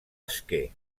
esquer